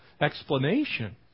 explanation